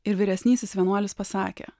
ir vyresnysis vienuolis pasakė